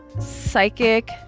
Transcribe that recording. psychic